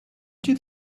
did